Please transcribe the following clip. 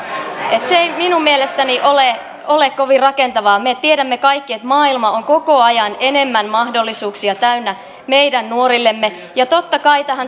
se ei minun mielestäni ole ole kovin rakentavaa me tiedämme kaikki että maailma on koko ajan enemmän mahdollisuuksia täynnä meidän nuorillemme ja totta kai tässä